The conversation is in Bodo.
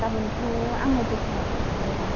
गाबोनथ' आङो दखानाव थानाय नङा